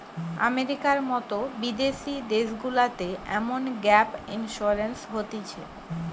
আমেরিকার মতো বিদেশি দেশগুলাতে এমন গ্যাপ ইন্সুরেন্স হতিছে